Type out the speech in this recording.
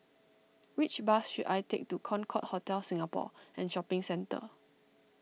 which bus should I take to Concorde Hotel Singapore and Shopping Centre